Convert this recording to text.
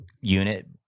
unit